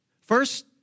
First